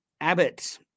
Abbott